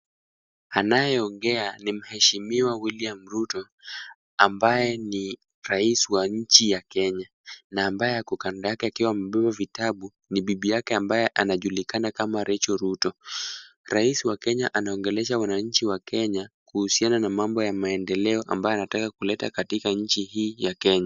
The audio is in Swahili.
Anayeongea ni mheshimiwa William Ruto, ambaye ni rais wa nchi ya Kenya na ambaye ako kando yake akiwa amebeba vitabu ni bibi yake ambaye anajulikana kama Rachel Ruto. Rais wa Kenya anaongelesha wananchi wa Kenya kuhusiana na mambo ya maendeleo ambayo anataka kuleta katika nchi hii ya Kenya.